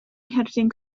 ngherdyn